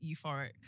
euphoric